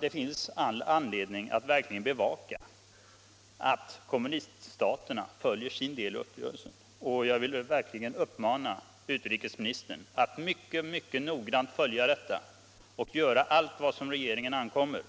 Det finns all anledning att verkligen bevaka att kommuniststaterna följer sin del av uppgörelsen. Jag vill uppmana utrikesministern att mycket noggrant följa detta och se till att regeringen gör allt vad som på den ankommer.